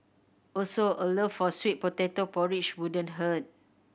also a love for sweet potato porridge wouldn't hurt